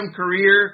career